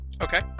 Okay